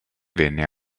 venne